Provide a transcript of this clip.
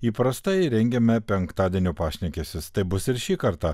įprastai rengiame penktadienio pašnekesius taip bus ir šį kartą